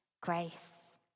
grace